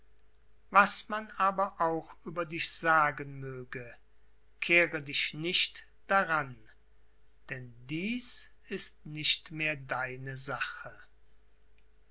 was man aber auch über dich sagen möge kehre dich nicht daran denn dies ist nicht mehr deine sache